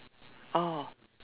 oh